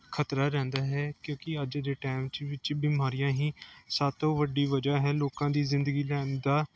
ਖ਼ਤਰਾ ਰਹਿੰਦਾ ਹੈ ਕਿਉਂਕਿ ਅੱਜ ਦੇ ਟਾਈਮ 'ਚ ਵਿੱਚ ਬਿਮਾਰੀਆਂ ਹੀ ਸਭ ਤੋਂ ਵੱਡੀ ਵਜ੍ਹਾ ਹੈ ਲੋਕਾਂ ਦੀ ਜ਼ਿੰਦਗੀ ਲੈਣ ਦਾ